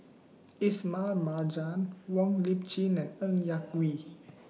Ismail Marjan Wong Lip Chin and Ng Yak Whee